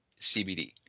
CBD